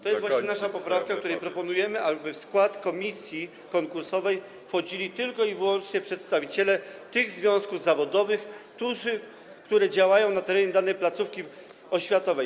To jest właśnie nasza poprawka, w której proponujemy, aby w skład komisji konkursowej wchodzili tylko i wyłącznie przedstawiciele tych związków zawodowych, które działają na terenie danej placówki oświatowej.